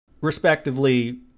Respectively